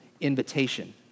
invitation